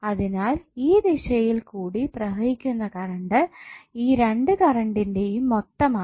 അതിനാൽ ഈ ദിശയിൽ കൂടി പ്രവഹിക്കുന്ന കറണ്ട് ഈ രണ്ടു കറണ്ടിന്റെയും മൊത്തമാണ്